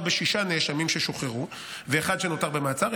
בשישה נאשמים ששוחררו ואחד שנותר במעצר,